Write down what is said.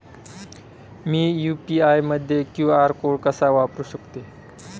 मी UPI मध्ये QR code कसा वापरु शकते?